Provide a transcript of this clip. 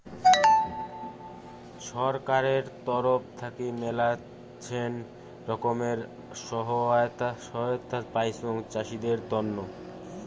ছরকারের তরফ থাকি মেলাছেন রকমের সহায়তায় পাইচুং চাষীদের তন্ন